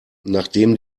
nachdem